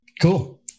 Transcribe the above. Cool